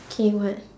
K what